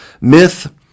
Myth